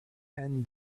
ten